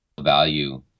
value